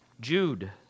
Jude